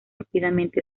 rápidamente